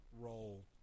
role